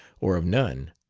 or of none.